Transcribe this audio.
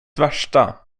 värsta